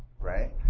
right